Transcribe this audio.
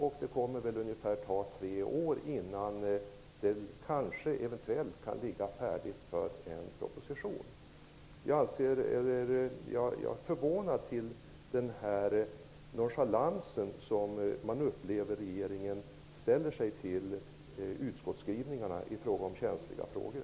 Sammanlagt kommer det att ta tre år innan det kanske, eventuellt kan kan ligga ett underlag för en proposition färdigt. Jag är förvånad över regeringens nonchalans inför utskottens skrivningar när det gäller känsliga frågor.